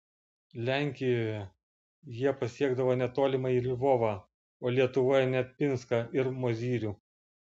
lenkijoje jie pasiekdavo net tolimąjį lvovą o lietuvoje net pinską ir mozyrių